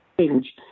change